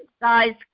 guys